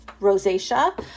rosacea